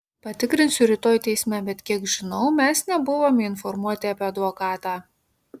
patikrinsiu rytoj teisme bet kiek žinau mes nebuvome informuoti apie advokatą